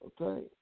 okay